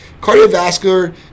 Cardiovascular